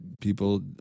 people